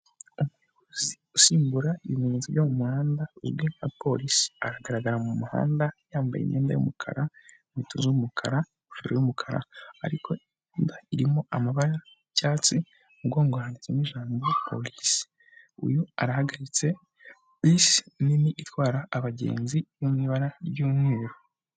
Umuyobozi usimbura ibimenyetso byo mu muhanda uzwi nka polisi, aragaragara mu muhanda, yambaye imyenda y'umukara, inkweto z'umukara, ingofero y'umukara, ariko imyenda irimo amabara y'icyatsi, mu mugongo handitsemo ijambo polisi, uyu arahagaritse bisi nini itwara abagenzi yo mu ibara ry'umweru.